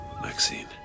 Maxine